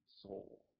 soul